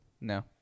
No